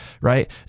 Right